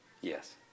Yes